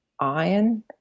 iron